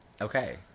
Okay